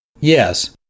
Yes